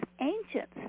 ancient